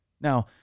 Now